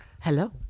Hello